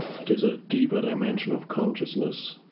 it is a deeper dimension of consciousness